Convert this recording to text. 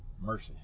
mercy